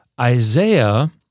Isaiah